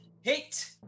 hit